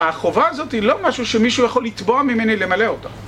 החובה הזאת היא לא משהו שמישהו יכול לתבוע ממני למלא אותה